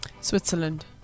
Switzerland